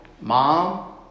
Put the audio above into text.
mom